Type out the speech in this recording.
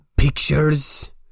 pictures